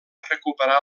recuperar